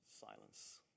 silence